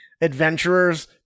adventurers